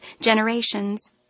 generations